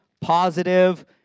positive